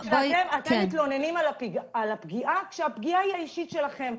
בואי -- אתם מתלוננים על הפגיעה כשהפגיעה היא אישית שלכם.